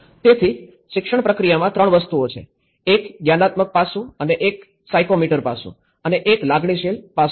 તેથી શિક્ષણ પ્રક્રિયામાં ૩ વસ્તુઓ છે એક જ્ઞાનાત્મક પાસું અને એક સાયકોમોટર પાસું અને એક લાગણીશીલ પાસું છે